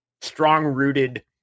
strong-rooted